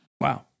Wow